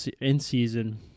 in-season –